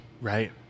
right